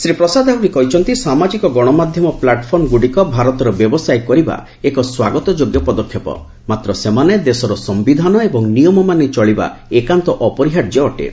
ଶ୍ରୀ ପ୍ରସାଦ ଆହୁରି କହିଛନ୍ତି ସାମାଜିକ ଗଣମାଧ୍ୟମ ପ୍ଲାଟ୍ଫର୍ମଗୁଡ଼ିକ ଭାରତରେ ବ୍ୟବସାୟ କରିବା ଏକ ସ୍ୱାଗତଯୋଗ୍ୟ ପଦକ୍ଷେପ ମାତ୍ର ସେମାନେ ଦେଶର ସିନ୍ଧାନ ଏବଂ ନିୟମ ମାନି ଚଳିବା ଏକାନ୍ତ ଅପରିହାର୍ଯ୍ୟ ଅଟେ